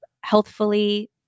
healthfully